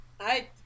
I-